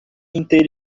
inteira